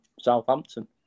Southampton